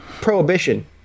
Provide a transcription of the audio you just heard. prohibition